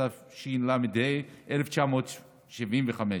התשל"ה 1975,